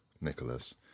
Nicholas